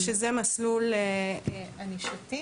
-- שזה מסלול ענישתי,